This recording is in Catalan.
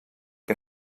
que